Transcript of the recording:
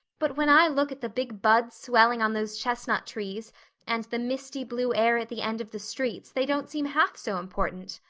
but when i look at the big buds swelling on those chestnut trees and the misty blue air at the end of the streets they don't seem half so important.